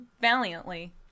valiantly